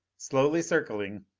slowly circling,